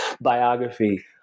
biography